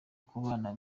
kubana